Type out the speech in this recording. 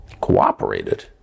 Cooperated